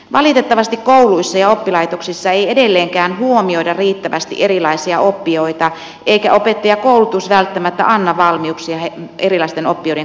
valitettavasti kouluissa ja oppilaitoksissa ei edelleenkään huomioida riittävästi erilaisia oppijoita eikä opettajakoulutus välttämättä anna valmiuksia erilaisten oppijoiden kanssa työskentelyyn